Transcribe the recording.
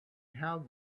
how